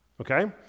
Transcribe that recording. Okay